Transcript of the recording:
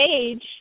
age